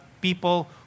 people